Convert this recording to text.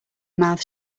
mouth